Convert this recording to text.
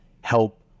help